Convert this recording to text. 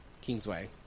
Kingsway